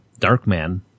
Darkman